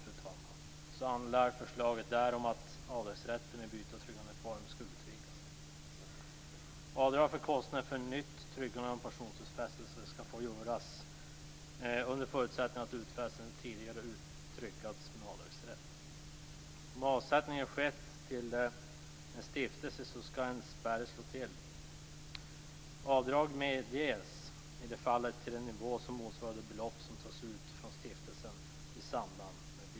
Förslaget handlar där om att avdragsrätten vid byte av tryggandeform skall utvidgas. Avdrag för kostnader för nytt tryggande av pensionsutfästelse skall få göras under förutsättning att utfästelsen tidigare tryggats med avdragsrätt. Om avsättningen skett till en stiftelse skall en spärr slå till. Avdrag medges i det fallet till en nivå som motsvarar det belopp som tas ut från stiftelsen i samband med bytet.